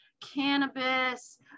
cannabis